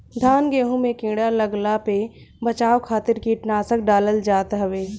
धान गेंहू में कीड़ा लागला पे बचाव खातिर कीटनाशक डालल जात हवे